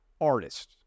artists